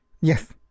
Yes